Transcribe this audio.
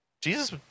Jesus